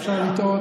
אפשר לטעות.